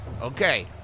Okay